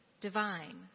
divine